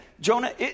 Jonah